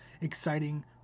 exciting